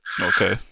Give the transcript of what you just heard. Okay